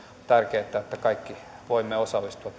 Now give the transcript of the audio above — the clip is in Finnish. tärkeätä että kaikki voimme osallistua